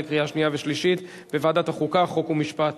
חוק ומשפט